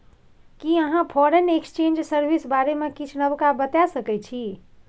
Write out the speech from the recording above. कि अहाँ foreign exchange service बारे मे किछ नबका बता सकै छी